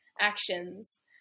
actions